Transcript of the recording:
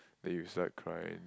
then you start crying